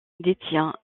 détient